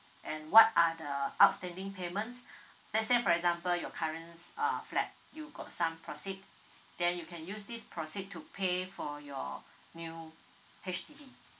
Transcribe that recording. and what are the outstanding payments let's say for example your current uh flat you got some proceed then you can use this proceed to pay for your new H_D_B